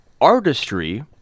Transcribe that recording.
artistry